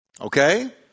Okay